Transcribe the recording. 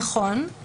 נכון.